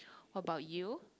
what about you